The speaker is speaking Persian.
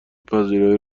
پذیرایی